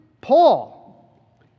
Paul